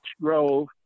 Grove